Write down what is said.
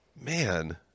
man